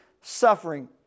suffering